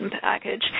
package